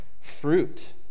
fruit